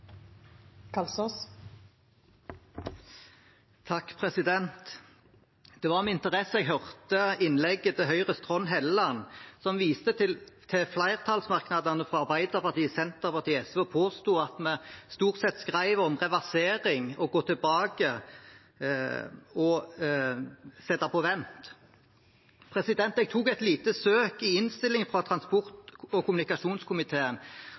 Det var med interesse jeg hørte innlegget til Høyres Trond Helleland, som viste til flertallsmerknadene fra Arbeiderpartiet, Senterpartiet og SV og påsto at vi stort sett skrev om reversering og om å gå tilbake og sette på vent. Jeg gjorde et lite søk i innstillingen fra transport- og kommunikasjonskomiteen